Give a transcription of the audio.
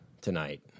tonight